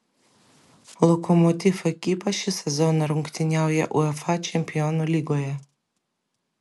lokomotiv ekipa šį sezoną rungtyniauja uefa čempionų lygoje